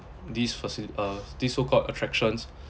these facili~ uh these so called attractions